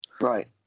right